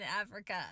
Africa